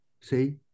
See